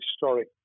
historic